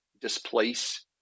displace